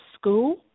School